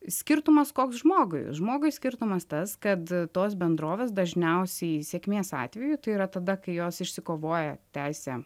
skirtumas koks žmogui žmogui skirtumas tas kad tos bendrovės dažniausiai sėkmės atveju tai yra tada kai jos išsikovoja teisę